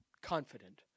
Confident